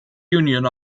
union